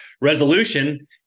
resolution